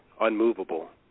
unmovable